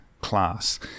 class